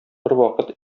бервакыт